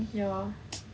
ya